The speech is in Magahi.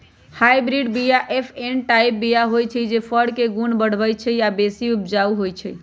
हाइब्रिड बीया एफ वन टाइप बीया हई जे फर के गुण बढ़बइ छइ आ बेशी उपजाउ होइ छइ